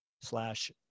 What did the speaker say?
slash